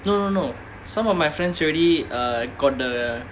no no no some of my friends already uh got the